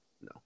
No